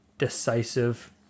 decisive